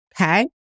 Okay